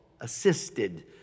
assisted